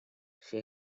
she